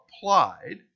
applied